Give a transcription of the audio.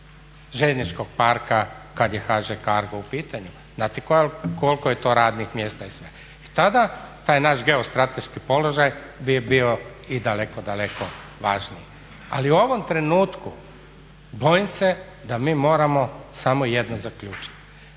željezničkog parka kad je HŽ Cargo u pitanju. Znate li koliko je to radnih mjesta i sve? I tada taj naš geostrateški položaj bi bio i daleko, daleko važniji. Ali u ovom trenutku bojim se da mi moramo samo jedno zaključiti.